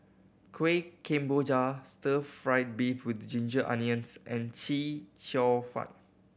Kuih Kemboja stir fried beef with ginger onions and Chee Cheong Fun